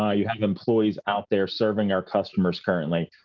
ah you have employees out there serving our customers, currently.